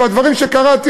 והדברים שקראתי,